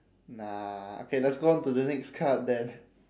nah okay let's go on to the next card then